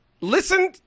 Listen